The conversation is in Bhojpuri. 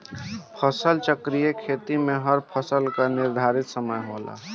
फसल चक्रीय खेती में हर फसल कअ निर्धारित समय होला